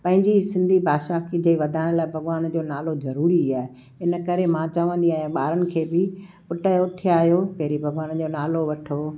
पंहिंजी सिंधी भाषा खे जे वधाइण लाइ भॻवान जो नालो ज़रूरी आहे इन करे मां चवंदी आहियां ॿारनि खे बि पुटु उथी विया आयो पहिरीं भॻवान जो नालो वठो